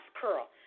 curl